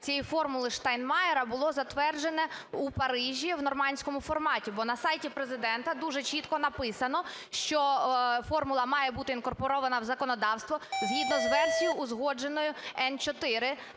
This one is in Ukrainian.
цієї "формули Штайнмайєра" було затверджене у Парижі в "нормандському форматі"? Бо на сайті Президента дуже чітко написано, що "формула" має бути інкорпорована в законодавство згідно з версією, узгодженою Н4